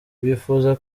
bifuza